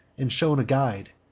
and shone a guide,